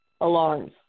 alarms